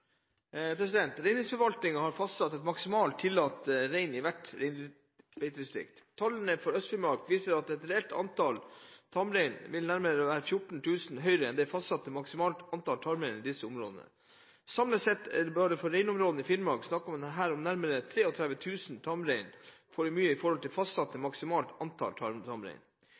har fastsatt et maksimalt tillatt antall rein i hvert reinbeitedistrikt. Tallene for Øst-Finnmark viser at reelt antall tamrein er nærmere 14 000 høyere enn det fastsatte maksimale antall tamrein i disse områdene. Samlet sett er det bare for reinbeiteområdene i Finnmark snakk om nærmere 33 000 for mange tamrein i forhold til fastsatt maksimalt antall. De øvrige reinbeiteområdene i Norge viser at reelt antall tamrein